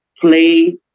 Play